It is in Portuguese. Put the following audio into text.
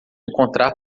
encontrar